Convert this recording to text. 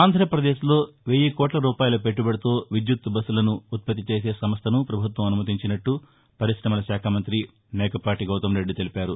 ఆంధ్రప్రదేశ్లో వెయ్యి కోట్ల రూపాయల పెట్లుబడితో విద్యుత్ బస్సులను ఉత్పత్తి చేసే సంస్థను ప్రపభుత్వం అనుమతించినట్లు పరిశమల శాఖ మంత్రి మేకపాటి గౌతంరెడ్డి తెలిపారు